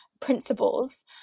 principles